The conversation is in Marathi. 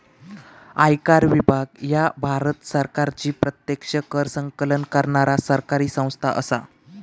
आयकर विभाग ह्या भारत सरकारची प्रत्यक्ष कर संकलन करणारा सरकारी संस्था असा